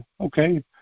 okay